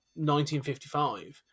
1955